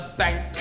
bank